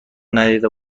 ندیده